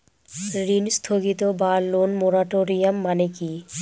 ঋণ স্থগিত বা লোন মোরাটোরিয়াম মানে কি?